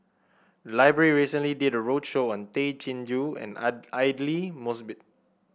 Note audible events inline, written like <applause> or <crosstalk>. library recently did a roadshow on Tay Chin Joo and <unintelligible> Aidli Mosbit